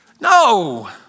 No